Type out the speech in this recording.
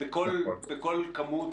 בכל כמות